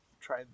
Try